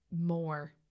more